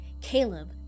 Caleb